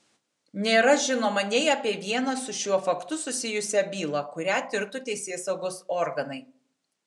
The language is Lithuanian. nėra žinoma nei apie vieną su šiuo faktu susijusią bylą kurią tirtų teisėsaugos organai